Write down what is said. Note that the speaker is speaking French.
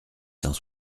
cent